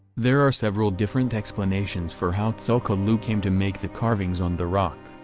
there are several different explanations for how tsul'kalu' came to make the carvings on the rock.